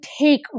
take